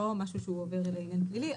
לא משהו שהוא עובר לעניין פלילי,